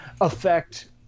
affect